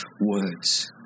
words